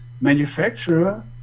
manufacturer